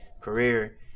career